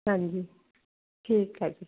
ਹਾਂਜੀ ਠੀਕ ਹੈ ਜੀ